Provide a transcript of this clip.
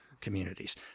communities